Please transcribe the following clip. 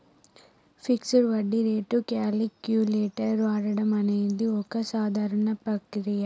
fixed వడ్డీ rate calculator వాడడం అనేది ఒక సాధారణ ప్రక్రియ